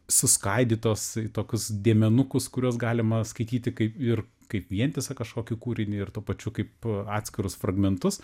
suskaidytos į tokius dėmenukus kuriuos galima skaityti kaip ir kaip vientisą kažkokį kūrinį ir tuo pačiu kaip atskirus fragmentus